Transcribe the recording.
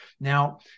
Now